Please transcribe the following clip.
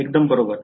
एकदम बरोबर